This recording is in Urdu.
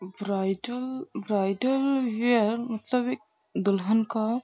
برائڈل برائڈل یہ ہے مطلب ایک دلہن کا